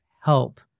help